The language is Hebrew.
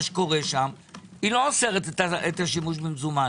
קורה שם - היא לא אוסרת את השימוש במזומן.